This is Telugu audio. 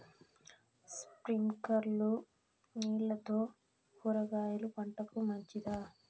స్ప్రింక్లర్లు నీళ్లతో కూరగాయల పంటకు మంచిదా?